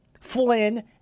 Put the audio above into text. Flynn